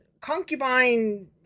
concubine-